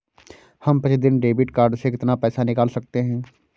हम प्रतिदिन debit card से कितना पैसा निकाल सकते हैं?